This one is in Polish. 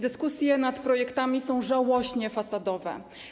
Dyskusje nad projektami są żałośnie fasadowe.